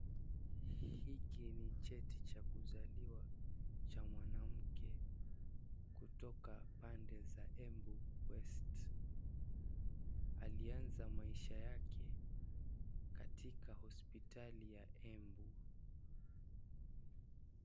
Hiki ni cheti cha kuzaliwa cha mwanamke kutoka pande za Embu West, alianza maisha yake katika hospitali ya Embu.